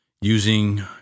using